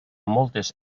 moltes